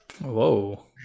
Whoa